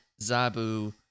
Zabu